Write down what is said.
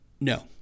No